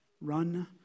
Run